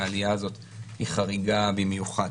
והעלייה הזאת היא חריגה במיוחד.